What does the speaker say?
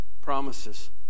promises